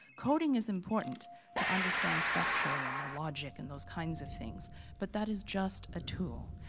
coding is important to understand structurally and the logic and those kinds of things but that is just a tool.